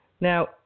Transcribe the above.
Now